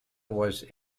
was